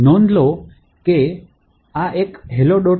તેથી નોંધ લો કે કેમ કે આ એક hello